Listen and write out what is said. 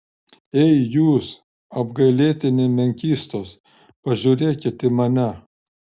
ei jūs apgailėtini menkystos pažiūrėkit į mane